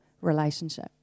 relationship